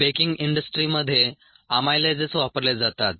baking इंडस्ट्रीमध्ये amylases वापरले जातात